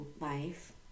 life